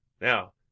Now